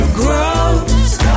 grows